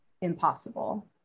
impossible